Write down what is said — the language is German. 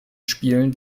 spielen